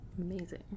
amazing